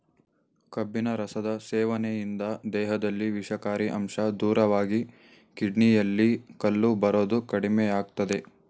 ಕಬ್ಬಿನ ರಸದ ಸೇವನೆಯಿಂದ ದೇಹದಲ್ಲಿ ವಿಷಕಾರಿ ಅಂಶ ದೂರವಾಗಿ ಕಿಡ್ನಿಯಲ್ಲಿ ಕಲ್ಲು ಬರೋದು ಕಡಿಮೆಯಾಗ್ತದೆ